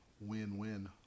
win-win